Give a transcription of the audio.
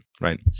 right